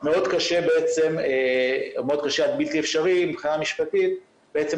מאוד קשה עד בלתי אפשרי מבחינה משפטית בעצם